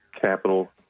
capital